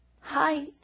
Hi